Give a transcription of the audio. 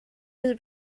was